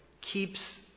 keeps